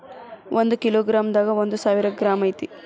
ಒಂದ kilogram ದಾಗ ಒಂದ ಸಾವಿರ ಗ್ರಾಂ ಐತಿ